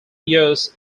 years